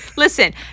Listen